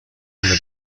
lewicą